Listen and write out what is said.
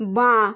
বাঁ